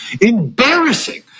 Embarrassing